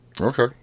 Okay